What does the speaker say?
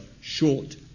short